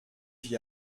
j’y